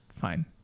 fine